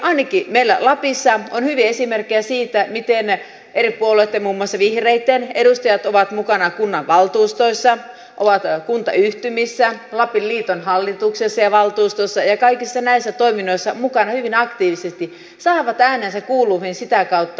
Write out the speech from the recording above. ainakin meillä lapissa on hyviä esimerkkejä siitä miten eri puolueitten muun muassa vihreitten edustajat ovat mukana kunnanvaltuustoissa ovat kuntayhtymissä lapin liiton hallituksessa ja valtuustossa ja kaikissa näissä toiminnoissa hyvin aktiivisesti saavat äänensä kuuluviin sitä kautta